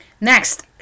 Next